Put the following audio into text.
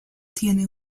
tiene